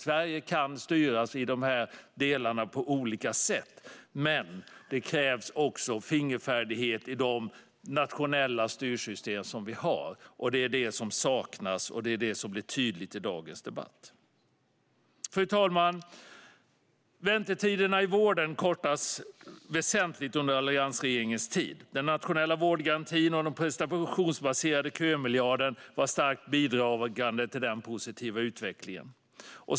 Sverige kan i dessa delar styras på olika sätt, men det krävs också fingerfärdighet i de nationella styrsystem vi har. Det är detta som saknas, och det blir tydligt i dagens debatt. Fru talman! Väntetiderna i vården kortades väsentligt under alliansregeringens tid. Den nationella vårdgarantin och den prestationsbaserade kömiljarden var starkt bidragande till den positiva utvecklingen.